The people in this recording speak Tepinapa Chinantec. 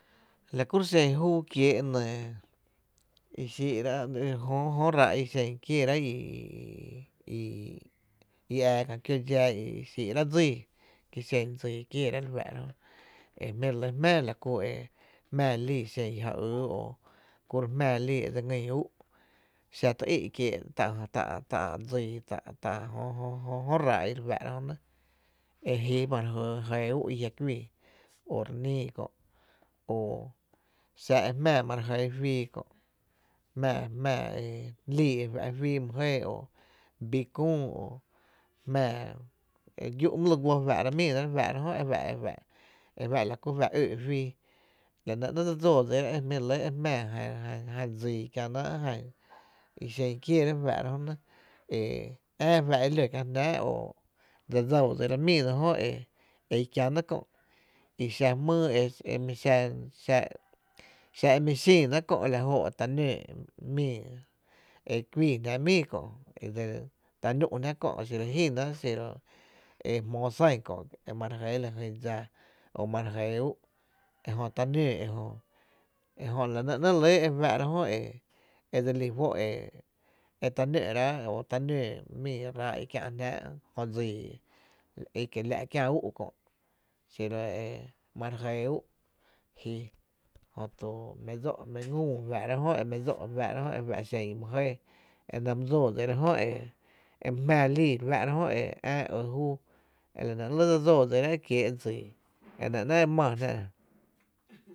La kuro’ xen júú kiéé’nɇɇi xíí’ráá’ jö ráá’ i xii’ra i xen kiéérá´ i i i ⱥⱥ kä kió dxaa i xíí’ rá’ dsíí ki xen dsii kiéérá’ re fáá’ra jö e jmí’ re lɇ jmⱥⱥ e la ku e jmⱥⱥ lii e xen ja yy o kuro’ jmⱥⱥ lii e dse ngýn ‘u’ xa tý í’ kiee’ tá’ tá, tá, dsii tá’ jö, jö, jö ráá’ i re fáá’ra jö nɇ e ji ma re jɇɇ ú’ i jia’ kuíí, o re nii kö’ o xa e jmⱥⱥ ma re jɇɇ fíí kö, jmⱥⱥ lii e fa’ e my jɇɇ fíi, bí kü o giü’ my lu guó faa’ra’ míi náá’, e fa’ e fa’ la kú fa’ óó’ fíí, la nɇ néé’ e dse dsóó dsirá’ e jmⱥⱥ jan dsii kiena’ i xen kieeeraá’ re fáá’ra jonɇ e fa’ ló kiä jnáá’ jö nɇ, dse dsóó dsira míi náá’ jö e i kiäná’ kö’ i xa jmýý e xa e mi xínaáá’ kö’ e la jóó e ta nóó mii e kuii jnaá´’ mii kö, ta nü’ jnáá’ xiro re jínaáá’ e jmoo san kö’ e mare jɇɇ la jy dsa p a ma re jɇɇ ú’ e jö ta noo e jö ejö la nɇe ‘né’ re lɇ e dse lí fó’ e e ta nó’rá’ o ta nóó mii ráá’ i kiä’ jnáá’ jö dsii i, i kiela’ kiä’ ú’ kö’ xiro e ma re jɇɇ ú’ ji jötu mi dsó’ mi ngüü ew faá´’ráá’ jö e my jɇɇ enɇ my dsóó dsiráá’ jö e my jmⱥⱥ lii e re fá’ra jö e ää e ë júú, e la né né’ e dsoora’ e kiee’ dsii, e nɇ náá’ e maa jná.